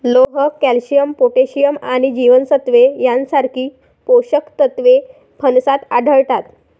लोह, calcium, potassium आणि जीवनसत्त्वे यांसारखी पोषक तत्वे फणसात आढळतात